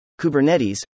Kubernetes